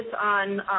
on